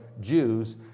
Jews